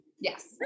Yes